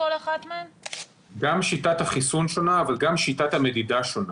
גם שיטת החיסון שונה, אבל גם שיטת המדידה שונה.